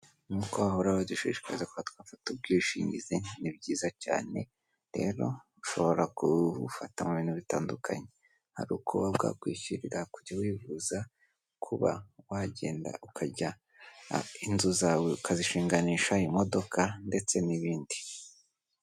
Nkuko bahora badushishikariza ko twafata ubwishingizi ni byiza cyane, rero ushobora kubufata mu bintu bitandukanye. Hari kuba bwakwishyurira kujya wifuza, kuba wagenda ukajya inzu zawe ukazishinganisha, imodoka ndetse n'ibindi.